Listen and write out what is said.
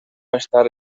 estar